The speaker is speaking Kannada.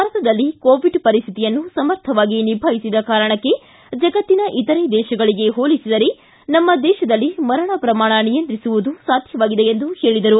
ಭಾರತದಲ್ಲಿ ಕೋವಿಡ್ ಪರಿಸ್ಥಿತಿಯನ್ನು ಸಮರ್ಥವಾಗಿ ನಿಭಾಯಿಸಿದ ಕಾರಣಕ್ಕೆ ಜಗತ್ತಿನ ಇತರೆ ದೇಶಗಳಿಗೆ ಹೋಲಿಸಿದರೆ ನಮ್ಮ ದೇಶದಲ್ಲಿ ಮರಣ ಪ್ರಮಾಣ ನಿಯಂತ್ರಿಸುವುದು ಸಾಧ್ಯವಾಗಿದೆ ಎಂದು ಹೇಳಿದರು